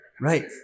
Right